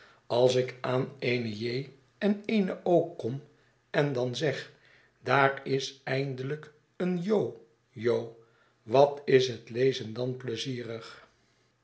als ik aan eene j en eene kom en dan zeg daar is eindelijk een j jo wat is het lezen dan pleizierig